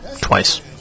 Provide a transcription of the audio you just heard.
twice